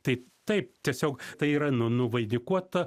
tai taip tiesiog tai yra nu nuvainikuota